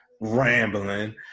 rambling